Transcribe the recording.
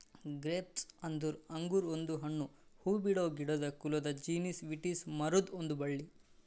grapes ಅಂದುರ್ ಅಂಗುರ್ ಒಂದು ಹಣ್ಣು, ಹೂಬಿಡೋ ಗಿಡದ ಕುಲದ ಜೀನಸ್ ವಿಟಿಸ್ ಮರುದ್ ಒಂದ್ ಬಳ್ಳಿ